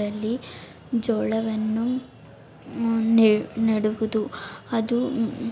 ಸೆಪ್ಟೆಂಬರರಲ್ಲಿ ಜೋಳವನ್ನು ನೆಡುವುದು ಅದು